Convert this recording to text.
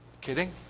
Kidding